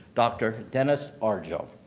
dr. dennis arjo